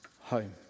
home